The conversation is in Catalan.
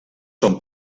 són